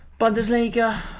Bundesliga